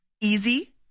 easy